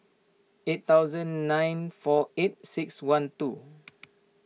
eight thousand nine four eight six one two